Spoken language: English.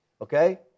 Okay